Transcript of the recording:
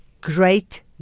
great